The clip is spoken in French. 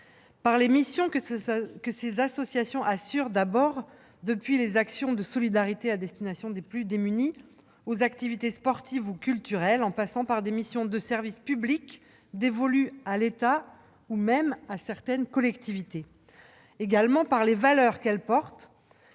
par les missions que ces associations assurent, depuis les actions de solidarité à destination des plus démunis aux activités sportives ou culturelles, en passant par des missions de service public dévolues à l'État ou même à certaines collectivités ; ensuite, par les valeurs qu'elles portent,